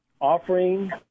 offering